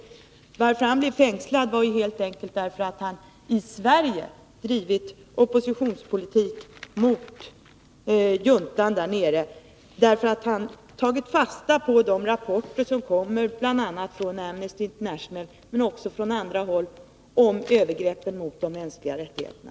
Orsaken till att han blev fängslad var helt enkelt att han i Sverige hade drivit oppositionspolitik mot juntan i Pakistan. Han hade tagit fasta på de rapporter som kommer från Amnesty International men också från andra håll om övergreppen mot de mänskliga rättigheterna.